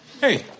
Hey